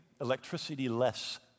electricity-less